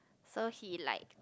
so he like